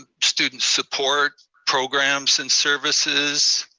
student support programs and services,